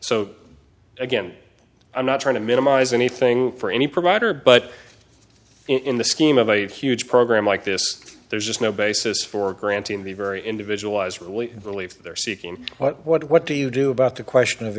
so again i'm not trying to minimize anything for any provider but in the scheme of a huge program like this there's just no basis for granting the very individualized really really if they're seeking what what do you do about the question of